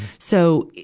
so,